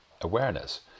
awareness